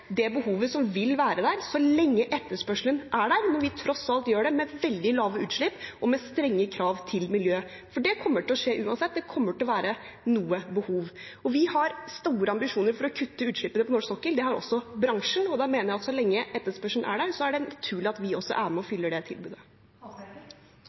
det behovet som vil være der, så lenge etterspørselen er der, når vi tross alt gjør det med veldig lave utslipp og med strenge krav med hensyn til miljøet. For det kommer til å skje uansett. Det kommer til å være noe behov. Vi har store ambisjoner for å kutte utslippene på norsk sokkel. Det har også bransjen, og da mener jeg at så lenge etterspørselen er der, er det naturlig at vi også er med og